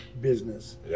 business